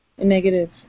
Negative